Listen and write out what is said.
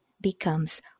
becomes